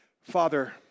Father